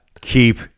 Keep